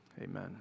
amen